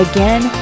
Again